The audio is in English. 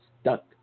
stuck